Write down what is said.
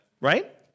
Right